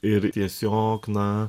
ir tiesiog na